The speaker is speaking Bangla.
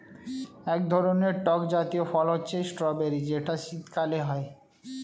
এক ধরনের টক জাতীয় ফল হচ্ছে স্ট্রবেরি যেটা শীতকালে হয়